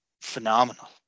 phenomenal